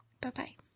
Bye-bye